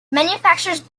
manufacturers